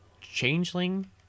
Changeling